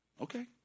Okay